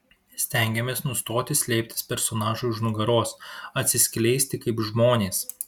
stengiamės nustoti slėptis personažui už nugaros atsiskleisti kaip žmonės